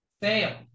fail